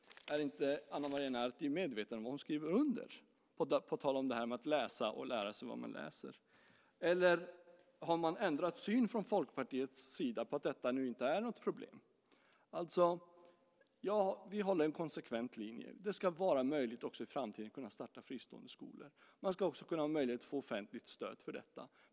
Är Ana Maria Narti inte medveten om vad hon skriver under - på tal om detta med att läsa och lära sig av vad man läser? Eller har man från Folkpartiets sida ändrat syn så att detta nu inte är något problem? Vi håller en konsekvent linje. Det ska också i framtiden vara möjligt att starta fristående skolor. Man ska även ha möjlighet att få offentligt stöd för detta.